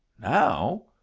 Now